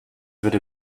würde